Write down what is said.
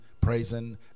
praising